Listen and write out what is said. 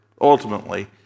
ultimately